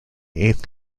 eighth